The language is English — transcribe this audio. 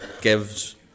gives